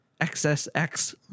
XSX